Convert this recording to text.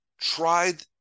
tried